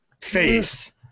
face